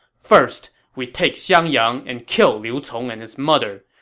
first we take xiangyang and kill liu cong and his mother.